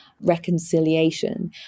reconciliation